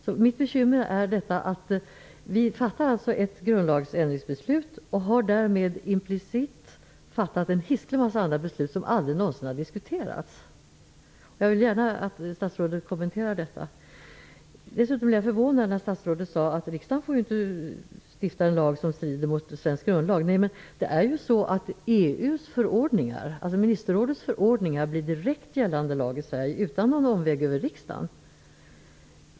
Vi fattar alltså ett beslut om en grundlagsändring, och därmed fattar vi implicit en massa andra beslut som aldrig någonsin har diskuterats. Jag vill gärna att statsrådet kommenterar detta. Jag blev förvånad när statsrådet sade att riksdagen inte får stifta en lag som strider mot svensk grundlag. Men ministerrådets förordningar blir direkt gällande lag i Sverige utan någon omväg över riksdagen.